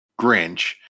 Grinch